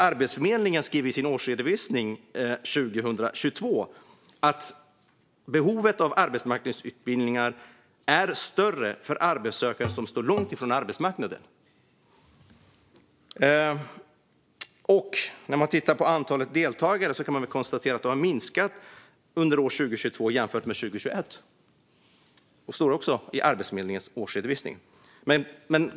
Arbetsförmedlingen skriver också i sin årsredovisning för 2022 att behovet av arbetsmarknadsutbildning är större för arbetssökande som står långt från arbetsmarknaden. När man tittar på antalet deltagare kan man också konstatera att det har minskat under 2022 jämfört med 2021; detta står också i Arbetsförmedlingens årsredovisning.